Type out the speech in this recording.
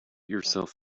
yourself